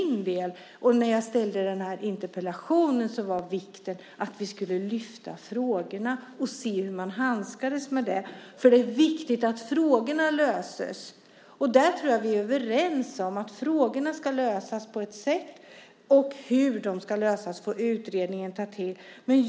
När jag ställde den här interpellationen tyckte jag att det var viktigt att vi lyfte upp frågorna och såg hur man handskas med dem. Det är viktigt att frågorna löses. Jag tror att vi är överens om att frågorna ska lösas på något sätt, och hur de ska lösas får utredningen ta fram.